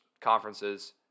conferences